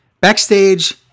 Backstage